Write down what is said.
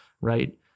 right